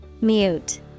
Mute